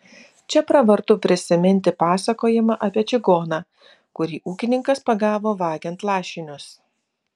čia pravartu prisiminti pasakojimą apie čigoną kurį ūkininkas pagavo vagiant lašinius